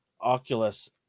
Oculus